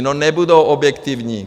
No, nebudou objektivní!